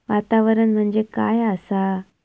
वातावरण म्हणजे काय आसा?